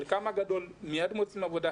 חלקם הגדול מיד מוצא עבודה,